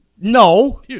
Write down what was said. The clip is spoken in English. No